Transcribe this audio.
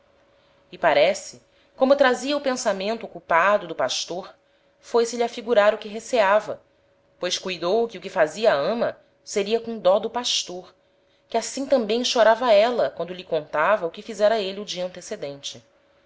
e parece como trazia o pensamento ocupado do pastor foi-se-lhe afigurar o que receava pois cuidou que o que fazia a ama seria com dó do pastor que assim tambem chorava éla quando lhe contava o que fizera êle o dia antecedente